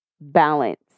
balance